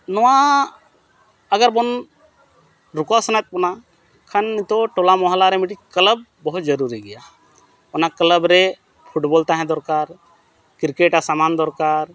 ᱱᱚᱣᱟ ᱟᱜᱟᱨᱵᱚᱱ ᱨᱩᱠᱟ ᱥᱟᱱᱟᱭᱮᱫ ᱵᱚᱱᱟ ᱠᱷᱟᱱ ᱱᱤᱛᱚᱜ ᱴᱚᱞᱟᱼᱢᱚᱦᱞᱟᱨᱮ ᱢᱤᱫᱴᱤᱡ ᱵᱚᱦᱚᱛ ᱡᱟᱹᱨᱩᱨᱤ ᱜᱮᱭᱟ ᱚᱱᱟ ᱨᱮ ᱛᱟᱦᱮᱸ ᱫᱚᱨᱠᱟᱨ ᱟᱜ ᱥᱟᱢᱟᱱ ᱫᱚᱨᱠᱟᱨ